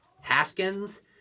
Haskins